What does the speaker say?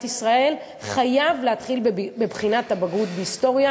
ישראל חייב להתחיל בבחינת הבגרות בהיסטוריה,